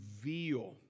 reveal